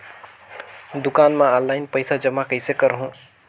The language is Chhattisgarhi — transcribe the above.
दुकान म ऑनलाइन पइसा जमा कइसे करहु?